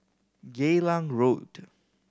Geylang Road